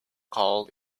called